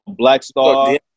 Blackstar